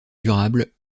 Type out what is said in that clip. durable